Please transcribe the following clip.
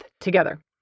together